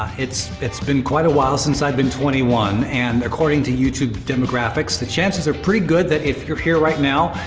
ah it's it's been quite a while since i've been twenty one. and according to youtube demographics, the chances are pretty good that if you're here right now,